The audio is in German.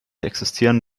existieren